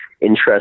interest